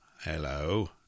Hello